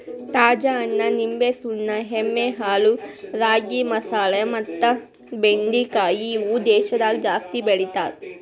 ತಾಜಾ ಹಣ್ಣ, ನಿಂಬೆ, ಸುಣ್ಣ, ಎಮ್ಮಿ ಹಾಲು, ರಾಗಿ, ಮಸಾಲೆ ಮತ್ತ ಬೆಂಡಿಕಾಯಿ ಇವು ದೇಶದಾಗ ಜಾಸ್ತಿ ಬೆಳಿತಾರ್